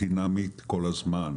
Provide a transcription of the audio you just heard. דינמית כל הזמן.